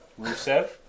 Rusev